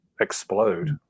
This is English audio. explode